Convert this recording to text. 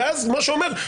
ואז משה אומר,